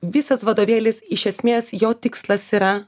visas vadovėlis iš esmės jo tikslas yra